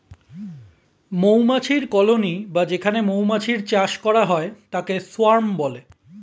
মৌমাছির কলোনি বা যেখানে মৌমাছির চাষ করা হয় তাকে সোয়ার্ম বলে